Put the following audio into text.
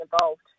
involved